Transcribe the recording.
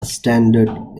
standard